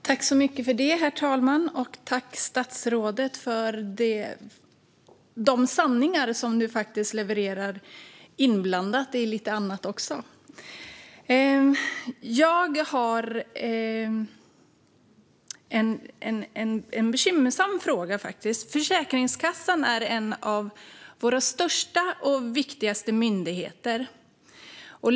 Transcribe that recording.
Herr talman! Jag tackar statsrådet för de sanningar som hon levererar - inblandat i lite annat. Jag har en bekymmersam fråga. Försäkringskassan är en av våra största och viktigaste myndigheter.